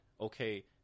okay